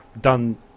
done